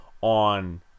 on